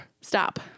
Stop